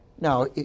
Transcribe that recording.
Now